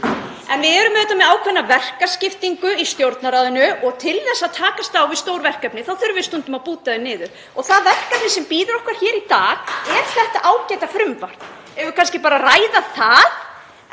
En við erum auðvitað með ákveðna verkaskiptingu í Stjórnarráðinu og til að takast á við stór verkefni þurfum við stundum að búta þau niður. Það verkefni sem bíður okkar hér í dag er þetta ágæta frumvarp. Eigum við kannski bara að ræða það?